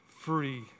free